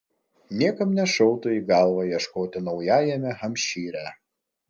niekam nešautų į galvą ieškoti naujajame hampšyre